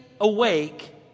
awake